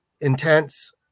intense